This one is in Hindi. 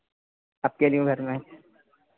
आपके न्यू घर में